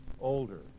older